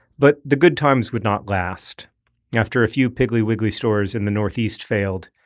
but the good times would not last after a few piggly wiggly stores in the northeast failed,